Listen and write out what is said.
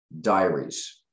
Diaries